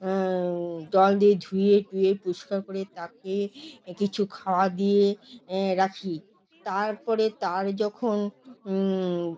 জল দিয়ে ধুয়ে টুয়ে পরিষ্কার করে তাকে কিছু খাওয়া দিয়ে রাখি তারপরে তার যখন